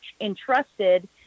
entrusted